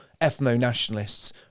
ethno-nationalists